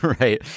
right